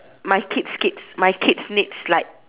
my kids kids my kids needs like